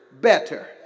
better